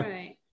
Right